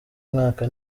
mwaka